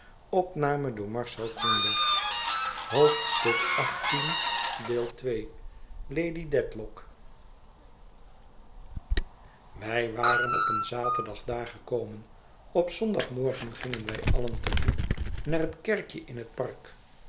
wij waren op een zaterdag daar gekomen op zondagmorgen gingen wij allen te voet naar het kerkje in het park